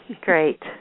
great